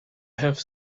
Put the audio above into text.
have